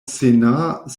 sénat